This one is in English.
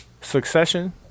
succession